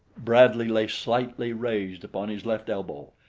bradley lay slightly raised upon his left elbow,